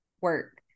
work